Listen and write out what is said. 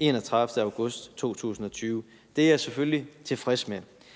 31. august 2020. Det er jeg selvfølgelig tilfreds med.